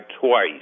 twice